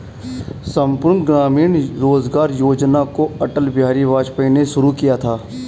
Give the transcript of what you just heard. संपूर्ण ग्रामीण रोजगार योजना को अटल बिहारी वाजपेयी ने शुरू किया था